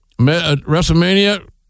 WrestleMania